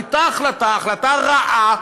הייתה החלטה, החלטה רעה.